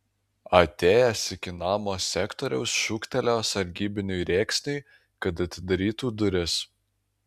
atėjęs iki namo sekretorius šūktelėjo sargybiniui rėksniui kad atidarytų duris